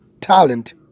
Talent